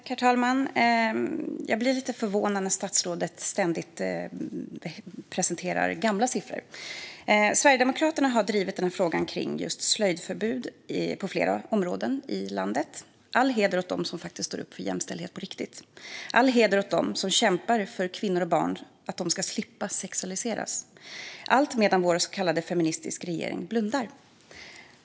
Herr talman! Jag blir lite förvånad över att statsrådet ständigt presenterar gamla siffror. Sverigedemokraterna har drivit frågan om slöjförbud på flera håll i landet. All heder åt dem som står upp för jämställdhet på riktigt, och all heder åt dem som kämpar för att kvinnor och barn ska slippa sexualiseras - allt medan vår så kallade feministiska regering blundar.